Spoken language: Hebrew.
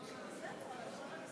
תודה, אדוני